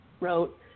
wrote